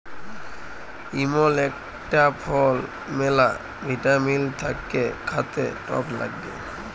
ইমল ইকটা ফল ম্যালা ভিটামিল থাক্যে খাতে টক লাগ্যে